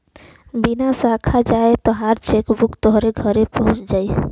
बिना साखा जाए तोहार चेकबुक तोहरे घरे पहुच जाई